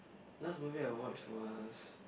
last movie I watched was